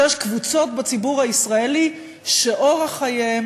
שיש קבוצות בציבור הישראלי שאורח חייהן